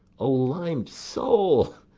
o limed soul,